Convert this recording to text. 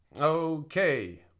Okay